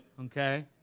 okay